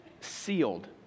sealed